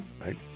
right